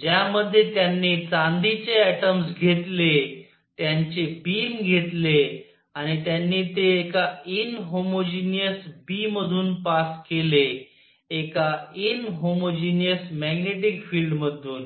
ज्यामध्ये त्यांनी चांदीचे ऍटॉम्स घेतले त्यांचे बीम घेतले आणि त्यांनी ते एका इनहोमोजिनियस बी मधून पास केले एका इनहोमोजिनियस मॅग्नेटिक फील्डमधून